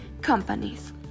companies